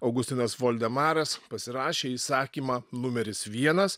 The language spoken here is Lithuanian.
augustinas voldemaras pasirašė įsakymą numeris vienas